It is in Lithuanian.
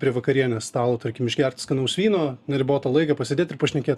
prie vakarienės stalo tarkim išgert skanaus vyno neribotą laiką pasėt ir pašnekėt